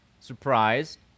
surprised